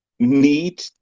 need